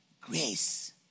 Grace